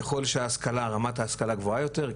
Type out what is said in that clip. ככל שרמת ההשכלה גבוהה יותר,